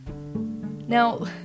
Now